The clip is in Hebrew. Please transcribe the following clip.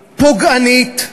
פוגענית,